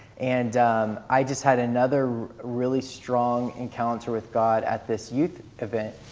and i just had another really strong encounter with god at this youth event.